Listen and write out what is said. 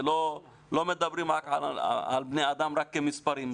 ולא מדברים על בני אדם רק כמספרים.